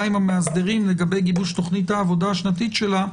עם המאסדרים לגבי גיבוש תוכנית העבודה השנתית שלה,